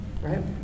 right